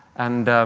and